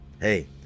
Hey